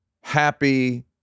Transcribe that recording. happy